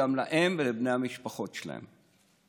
גם להם ולבני המשפחות שלהם.